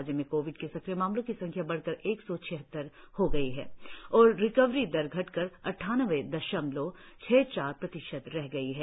राज्य में कोविड के सक्रिय मामलों की संख्या बड़कर एक सौ छिहत्तर हो गई है और रिकवरी दर घटकर अहानबे दशमलव छह चार प्रतिशत रह गई है